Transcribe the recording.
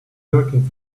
lurking